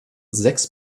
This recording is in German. sechs